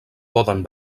poden